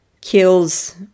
kills